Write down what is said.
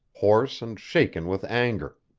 hoarse and shaken with anger.